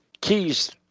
keys